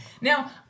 Now